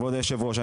כבוד היושב-ראש,